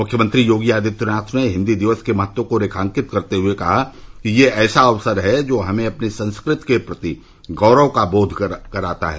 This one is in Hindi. मुख्यमंत्री योगी आदित्यनाथ ने हिन्दी दिवस के महत्व को रेखांकित करते हुए कहा कि यह ऐसा अवसर है जो हमें अपनी संस्कृति के प्रति गौरव का बोघ कराता है